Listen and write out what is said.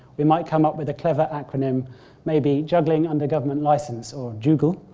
we might come up with a clear acronym maybe juggling under government license, or jugl.